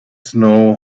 snow